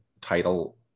title